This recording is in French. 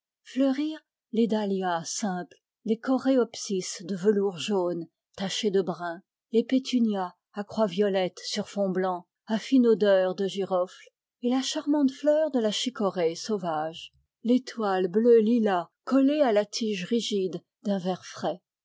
les dahlias simples les coréopsis de velours jaune tachés de brun les pétunias à croix violette sur fond blanc à fine odeur de girofle et la charmante fleur de la chicorée sauvage l'étoile bleu lilas collée à la tige rigide d'un vert frais